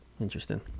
Interesting